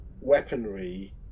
weaponry